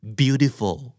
beautiful